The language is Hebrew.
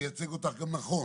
ושאני מייצג אותך גם נכון